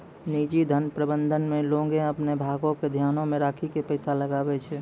निजी धन प्रबंधन मे लोगें अपनो भारो के ध्यानो मे राखि के पैसा लगाबै छै